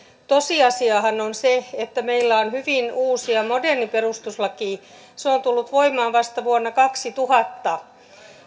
tosiasiahan on se että meillä on hyvin uusi ja moderni perustuslaki se on on tullut voimaan vasta vuonna kaksituhatta